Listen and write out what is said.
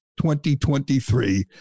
2023